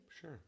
Sure